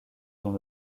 dont